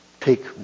take